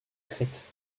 crète